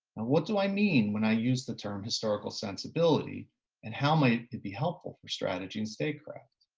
and what do i mean when i use the term historical sensibility and how might it be helpful for strategy and statecraft.